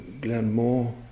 Glenmore